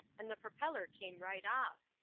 and the propeller came right off.